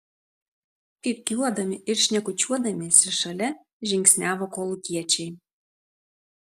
pypkiuodami ir šnekučiuodamiesi šalia žingsniavo kolūkiečiai